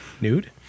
Nude